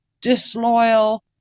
disloyal